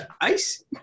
ice